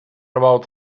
about